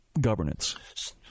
governance